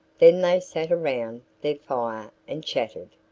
then they sat around their fire and chatted,